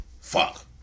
Fuck